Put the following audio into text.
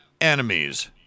enemies